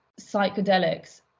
psychedelics